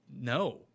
no